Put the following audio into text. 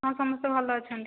ହଁ ସମସ୍ତେ ଭଲ ଅଛନ୍ତି